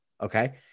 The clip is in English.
Okay